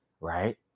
right